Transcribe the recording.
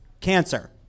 Cancer